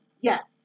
Yes